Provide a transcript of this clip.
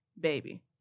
baby